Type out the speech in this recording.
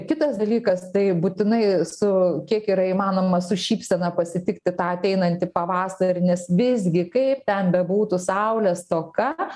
kitas dalykas tai būtinai su kiek yra įmanoma su šypsena pasitikti tą ateinantį pavasarį nes visgi kaip ten bebūtų saulės stoka